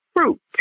fruit